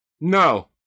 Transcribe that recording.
No